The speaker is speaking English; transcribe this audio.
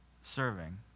Serving